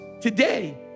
today